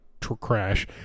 crash